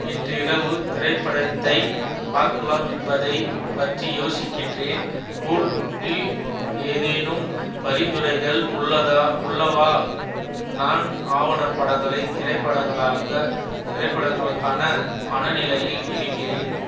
இன்று இரவு திரைப்படத்தை பார்க்கலாம் என்பதைப் பற்றி யோசிக்கின்றேன் ஹுல் இல் ஏதேனும் பரிந்துரைகள் உள்ளதா உள்ளவா நான் ஆவணப்படங்களை திரைப்படங்களாக திரைப்படங்களுக்கான மனநிலையில் இருக்கிறேன்